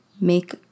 make